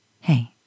hey